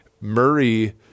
Murray